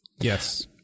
Yes